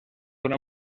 una